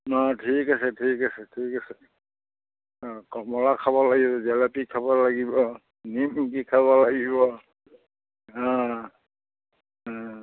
অঁ ঠিক আছে ঠিক আছে ঠিক আছে অঁ কমলা খাব লাগিব জেলেপি খাব লাগিব নিমকি খাব লাগিব অঁ অঁ